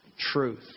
Truth